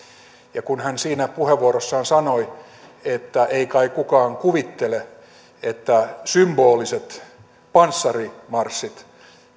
ja kun hän siinä puheenvuorossaan sanoi että ei kai kukaan kuvittele että symboliset panssarimarssit